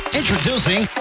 introducing